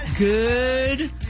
Good